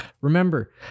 Remember